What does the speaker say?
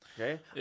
Okay